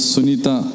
Sunita